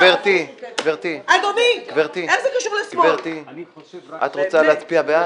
גברתי, את רוצה להצביע בעד?